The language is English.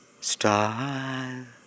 star